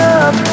up